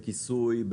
בכיסוי,